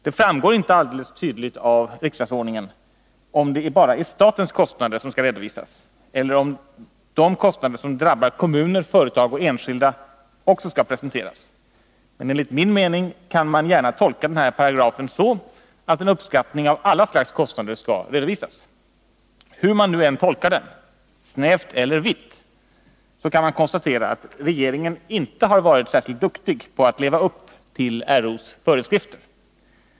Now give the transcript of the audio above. Det framgår inte alldeles tydligt av riksdagsordningen om det bara är statens kostnader som skall redovisas eller om de kostnader som drabbar kommuner, företag och enskilda också skall 65 presenteras. Men enligt min mening kan man gärna tolka den här paragrafen så, att en uppskattning av alla slags kostnader skall redovisas. Hur man nu än tolkar den — snävt eller vitt — kan man konstatera att regeringen inte har varit särskilt duktig på att leva upp till riksdagsordningens föreskrifter.